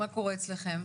מה קורה אצלכם?